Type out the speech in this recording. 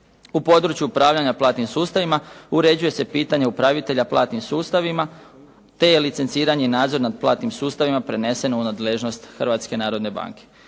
U području upravljanja platnim sustavima, uređuje se pitanje upravitelja platnih sustavima, te licenciranje i nadzor nad platnim sustavima preneseno u nadležnost Hrvatske narodne banke.